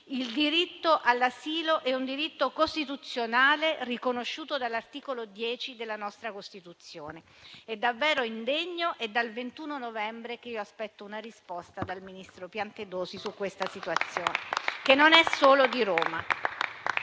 Il diritto all'asilo è riconosciuto dall'articolo 10 della nostra Costituzione. È davvero indegno ed è dal 21 novembre che aspetto una risposta dal ministro Piantedosi su questa situazione, che non è solo di Roma.